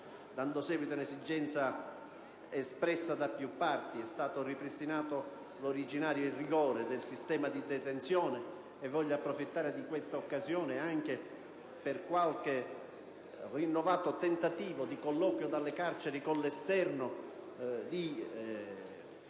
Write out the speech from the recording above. dando seguito ad un'esigenza espressa da più parti, è stato ripristinato l'originario rigore del regime di detenzione. Voglio approfittare di questa occasione, anche in considerazione di qualche rinnovato tentativo di colloquio dalle carceri con l'esterno, per